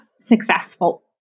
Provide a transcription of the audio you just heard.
successful